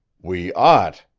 we ought,